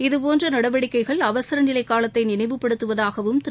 இதுபோன்ற நடவடிக்கைகள் அவசரநிலை காலத்தை நினைவுபடுத்துவதாகவும் திரு